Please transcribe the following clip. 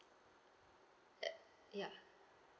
uh ya